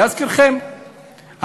להזכירכם,